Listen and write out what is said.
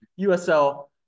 USL